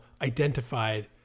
identified